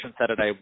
Saturday